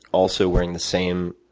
also wearing the same,